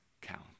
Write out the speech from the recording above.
count